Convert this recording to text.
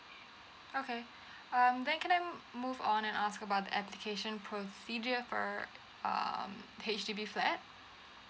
okay um then can I move on and ask about the application procedure for um H_D_B flat